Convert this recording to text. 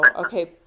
Okay